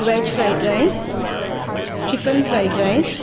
veg fried rice chicken fried rice